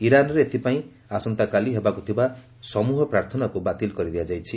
ଇରାନ୍ରେ ଏଥିପାଇଁ ଆସନ୍ତାକାଲି ହେବାକୁ ଥିବା ସମ୍ବହ ପ୍ରାର୍ଥନାକୁ ବାତିଲ୍ କରିଦିଆଯାଇଛି